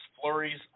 flurries